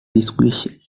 disguised